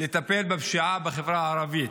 בטיפול בפשיעה בחברה הערבית.